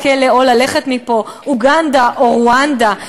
או כלא או ללכת מפה, אוגנדה או רואנדה.